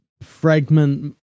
fragment